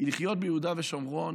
לחיות ביהודה ושומרון